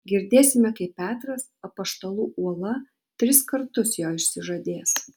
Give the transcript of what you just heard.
girdėsime kaip petras apaštalų uola tris kartus jo išsižadės